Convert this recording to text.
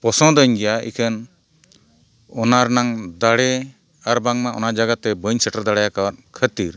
ᱯᱚᱥᱚᱱᱫᱟᱹᱧ ᱜᱮᱭᱟ ᱮᱱᱠᱷᱟᱱ ᱚᱱᱟ ᱨᱮᱱᱟᱝ ᱫᱟᱲᱮ ᱟᱨ ᱵᱟᱝᱢᱟ ᱚᱱᱟ ᱡᱟᱭᱜᱟ ᱛᱮ ᱵᱟᱹᱧ ᱥᱮᱴᱮᱨ ᱫᱟᱲᱮ ᱟᱠᱟᱫ ᱠᱷᱟᱹᱛᱤᱨ